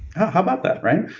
how about that, right?